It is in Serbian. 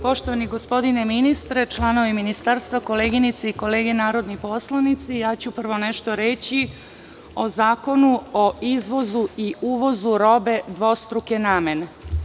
Poštovani gospodine ministre, članovi Ministarstva, koleginice i kolege narodni poslanici, prvo ću nešto reči o Zakonu o izvozu i uvozu robe dvostruke nemane.